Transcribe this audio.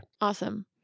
Awesome